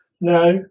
No